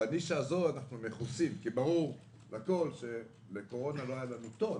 בנישה הזאת אנחנו מכוסים כי ברור שלקורונה לא הייתה לנו תו"ל,